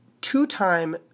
two-time